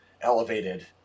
elevated